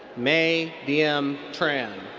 may diem tran.